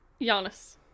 Giannis